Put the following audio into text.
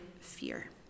fear